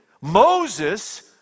Moses